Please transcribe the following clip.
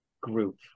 group